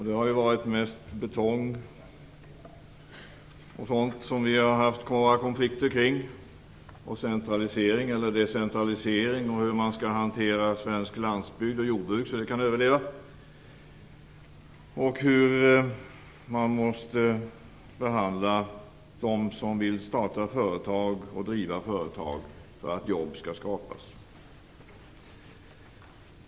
Det har ju varit mest betong och liknande som våra konflikter rört sig kring liksom decentralisering och hur man skall hantera svensk landsbygd och svenskt jordbruk så att de kan överleva samt hur man måste behandla dem som vill starta och driva företag för att jobb skall skapas.